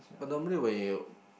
but normally when you